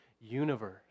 universe